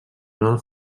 nova